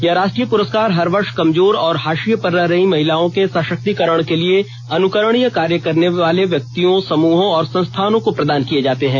यह राष्ट्रीय पुरस्कार हर वर्ष कमजोर और हाशिए पर रह रही महिलाओं के सशक्तीरकरण के लिए अनुकरणीय कार्य करने पर व्यक्तियों समूहों और संस्थानों को प्रदान किए जाते हैं